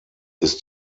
ist